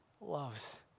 loves